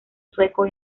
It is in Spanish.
sueco